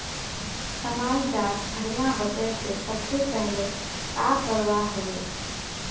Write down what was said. समाज डात घटना होते ते सबसे पहले का करवा होबे?